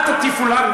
אל תטיפו לנו,